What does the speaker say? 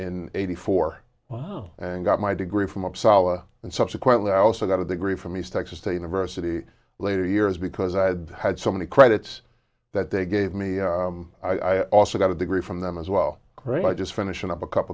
in eighty four and got my degree from uppsala and subsequently i also got a degree from east texas the university later years because i had so many credits that they gave me i also got a degree from them as well just finishing up a couple